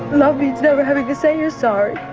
love means never having to say you're sorry.